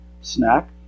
Snack